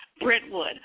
Brentwood